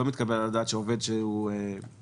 לא מתקבל על הדעת שעובד שהוא פקיד,